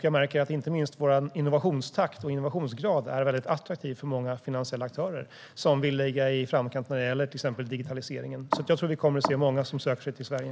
Jag märker att inte minst vår innovationstakt och innovationsgrad är väldigt attraktiv för många finansiella aktörer som vill ligga i framkant när det gäller till exempel digitalisering. Jag tror att vi kommer att få se många som söker sig till Sverige.